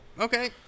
Okay